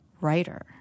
Writer